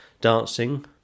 dancing